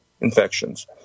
infections